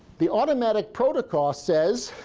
the automatic protocol says,